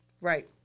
Right